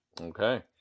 Okay